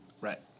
Right